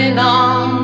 on